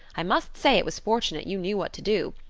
i must say it was fortunate you knew what to do.